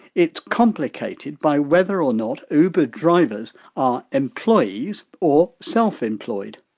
it's complicated by whether or not uber drivers are employees or self-employed.